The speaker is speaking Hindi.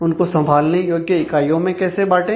उनको संभालने योग्य इकाइयों में कैसे बांटे